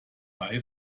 buy